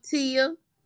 Tia